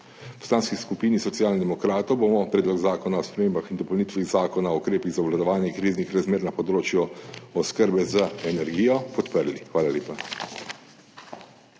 V Poslanski skupini Socialnih demokratov bomo Predlog zakona o spremembah in dopolnitvah Zakona o ukrepih za obvladovanje kriznih razmer na področju oskrbe z energijo podprli. Hvala lepa.